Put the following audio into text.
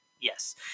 Yes